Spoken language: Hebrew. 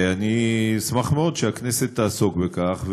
אני אשמח מאוד אם הכנסת תעסוק בכך,